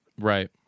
Right